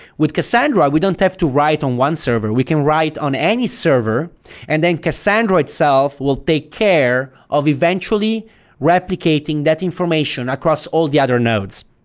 with cassandra, we don't have to write on one server. we can write on any server and then cassandra itself will take care of eventually replicating that information across all the other nodes.